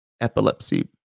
epilepsy